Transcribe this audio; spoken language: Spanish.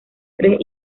tres